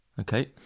Okay